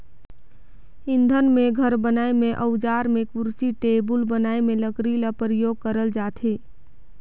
इंधन में, घर बनाए में, अउजार में, कुरसी टेबुल बनाए में लकरी ल परियोग करल जाथे